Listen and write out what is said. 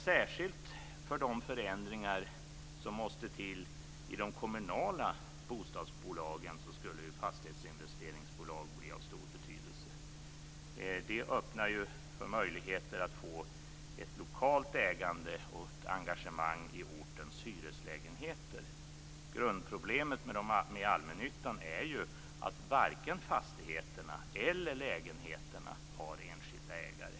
Särskilt för de förändringar som måste till i de kommunala bostadsbolagen skulle fastighetsinvesteringsbolag bli av stor betydelse. Det öppnar för möjligheter att få ett lokalt ägande och ett engagemang i ortens hyreslägenheter. Grundproblemet med allmännyttan är ju att varken fastigheterna eller lägenheterna har enskilda ägare.